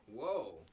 Whoa